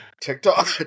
TikTok